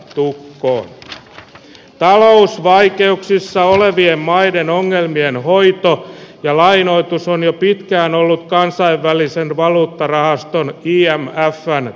stu vaunut talousvaikeuksissa olevien maiden ongelmien hoitoa ja lainoitus on jo pitkään ollut kansainvälisen valuuttarahaston kiianmaa on saanut